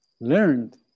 learned